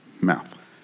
mouth